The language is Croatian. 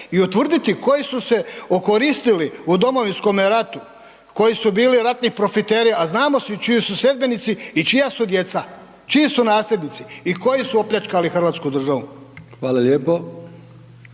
i utvrditi koji su se okoristili u Domovinskom ratu, koji su bili ratni profiteri, a znamo čiji su sljedbenici i čija su djeca, čiji su nasljednici i koji su opljačkali Hrvatsku državu. **Brkić,